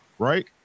Right